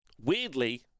weirdly